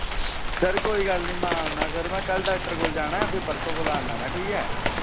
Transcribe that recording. sir कोई गल्ल निं में आना सर में कल डाक्टरै कोल जाना फ्ही परसों कोला दा आना में ठीक ऐ